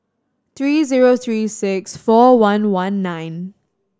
three zero three six four one one nine